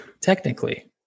technically